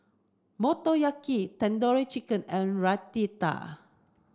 Motoyaki Tandoori Chicken and Raita